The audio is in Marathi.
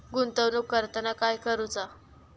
गुंतवणूक करताना काय करुचा?